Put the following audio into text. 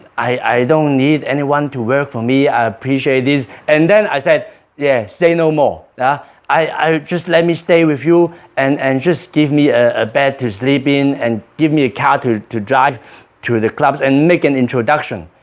i don't need anyone to work for me i appreciate this and then i said yeah say no more yeah just let me stay with you and and just give me ah a bed to sleep in and give me a car to to drive to the clubs and make an introduction.